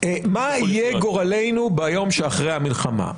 יהיה גורלנו ביום שאחרי המלחמה?